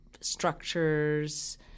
structures